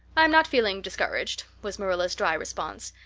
i'm not feeling discouraged, was marilla's dry response,